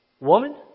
woman